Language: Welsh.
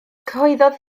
cyhoeddodd